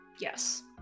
Yes